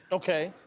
okay.